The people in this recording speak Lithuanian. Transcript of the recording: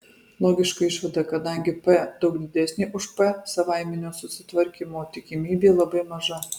logiška išvada kadangi p daug didesnė už p savaiminio susitvarkymo tikimybė labai maža